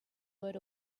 word